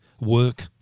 work